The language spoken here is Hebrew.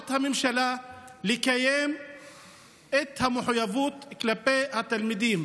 חובת הממשלה, לקיים את המחויבות כלפי התלמידים.